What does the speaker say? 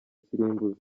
kirimbuzi